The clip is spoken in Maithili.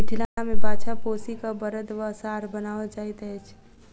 मिथिला मे बाछा पोसि क बड़द वा साँढ़ बनाओल जाइत अछि